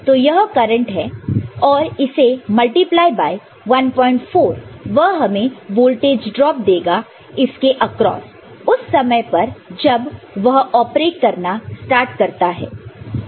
तो यह करंट है और इसे मल्टीप्लाई बाय 14 वह हमें वोल्टेज ड्रॉप देगा इसके अक्रॉस उस समय पर जब वह ऑपरेट करना स्टार्ट करता है